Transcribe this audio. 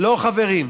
לא, חברים.